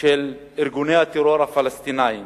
של ארגוני הטרור הפלסטיניים,